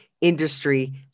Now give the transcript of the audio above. industry